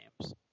games